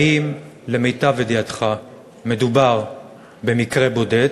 האם למיטב ידיעתך מדובר במקרה בודד,